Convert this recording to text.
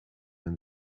and